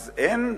אז איך